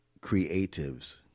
creatives